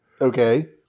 Okay